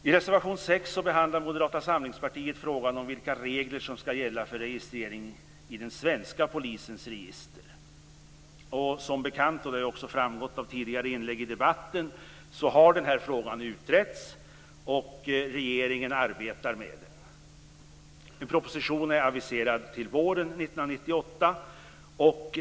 I reservation 6 behandlar Moderata samlingspartiet frågan om vilka regler som skall gälla för registrering i den svenska polisens register. Som bekant - det har också framgått av tidigare inlägg i debatten - har frågan utretts. Regeringen arbetar med den. En proposition är aviserad till våren 1998.